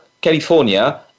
California